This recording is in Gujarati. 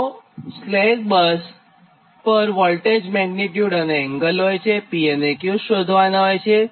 તો સ્લેક બસ પર વોલ્ટેજ મેગ્નીટ્યુડ અને એંગલ આપેલ હોય છે P અને Q શોધવાનાં હોય છે